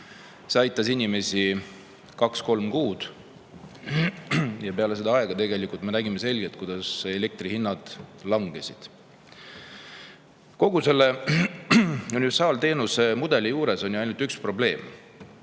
See aitas inimesi kaks-kolm kuud. Peale seda aega me nägime selgelt, kuidas elektri hind langes. Kogu selle universaalteenuse mudeli juures on ju ainult üks probleem.